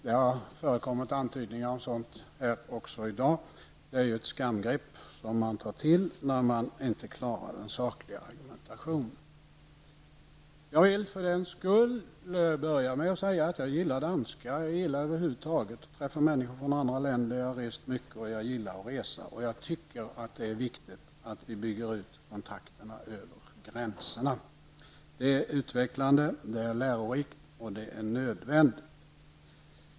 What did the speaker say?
Det har förekommit antydningar om sådant även i dag. Det är ett skamgrepp, som man tar till när man inte klarar den sakliga argumentationen. Jag gillar danskar. Jag gillar över huvud taget att träffa människor från andra länder. Jag har rest mycket och jag gillar att resa. Jag tycker det är viktigt att vi bygger ut kontakterna över gränserna. Det är utvecklande. Det är lärorikt och nödvändigt.